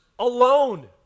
Alone